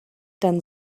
dann